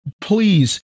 please